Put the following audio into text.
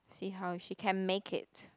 see how if she can make it